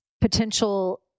potential